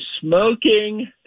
smoking